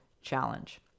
challenge